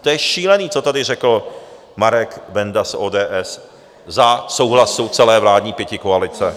To je šílený, co tady řekl Marek Benda z ODS za souhlasu celé vládní pětikoalice.